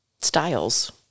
styles